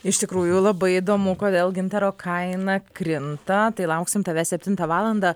iš tikrųjų labai įdomu kodėl gintaro kaina krinta tai lauksim tavęs septintą valandą